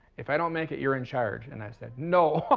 if i don't make it, you're in charge. and i said, no.